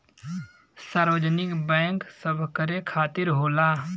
सार्वजनिक बैंक सबकरे खातिर होला